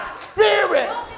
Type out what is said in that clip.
spirit